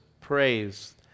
praise